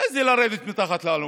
איזה לרדת מתחת לאלונקה?